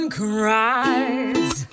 cries